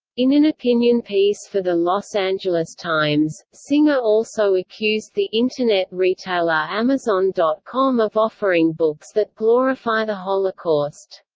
in an opinion piece for the los angeles times, singer also accused the internet retailer amazon dot com of offering books that glorify the holocaust.